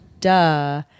duh